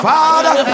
Father